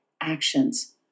actions